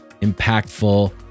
impactful